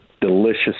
delicious